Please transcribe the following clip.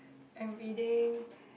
I am reading